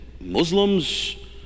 Muslims